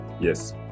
Yes